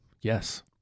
yes